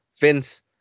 Vince